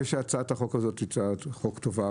אני חושב שהצעת החוק הזו היא הצעת חוק טובה.